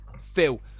Phil